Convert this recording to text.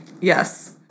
Yes